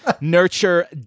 nurture